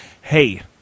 hey